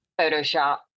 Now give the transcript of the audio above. Photoshop